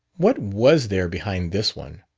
what was there behind this one?